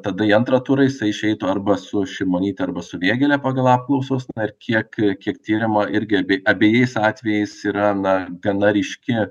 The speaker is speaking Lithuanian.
tada į antrą turą jisai išeitų arba su šimonyte arba su vėgėle pagal apklausas na ir kiek kiek tyrimų irgi abejais atvejais yra na gana ryški